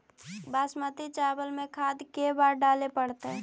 बासमती चावल में खाद के बार डाले पड़तै?